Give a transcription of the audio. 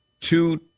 Two